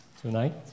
tonight